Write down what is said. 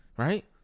right